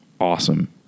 awesome